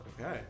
Okay